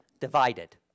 divided